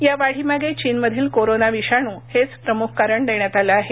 या वाढीमागे चीनमधील कोरोना विषाणू हेच प्रमुख कारण देण्यात आलं आहे